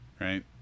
Right